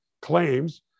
claims